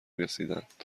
رسیدند